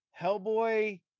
Hellboy